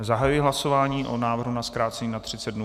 Zahajuji hlasování o návrhu na zkrácení na 30 dnů.